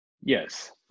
Yes